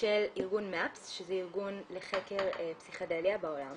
של ארגוןMAPS , שזה ארגון לחקר פסיכדליה בעולם